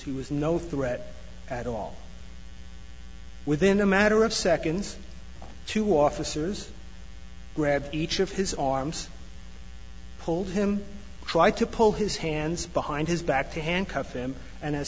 he was no threat at all within a matter of seconds two officers grabbed each of his arms pulled him tried to pull his hands behind his back to handcuff them and as